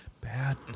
bad